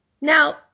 Now